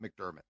McDermott